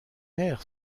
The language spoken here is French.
air